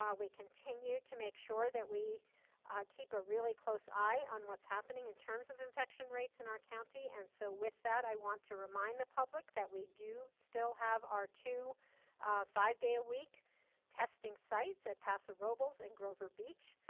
we continue to make sure that we keep a really close eye on what's happening in terms of infection rates in our county and so with that i want to remind the public that we do still have our two five-day-a-week testing sites at paso robles and grover beach.